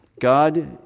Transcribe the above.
God